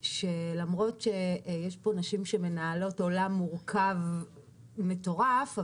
למרות שיש פה נשים שמנהלות עולם מורכב מטורף,